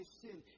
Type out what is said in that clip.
sin